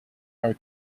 our